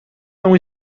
são